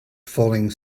falling